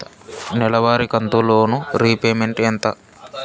నెలవారి కంతు loan repayment ఎంత?